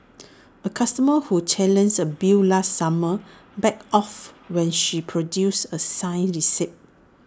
A customer who challenged A bill last summer backed off when she produced A signed receipt